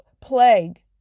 plague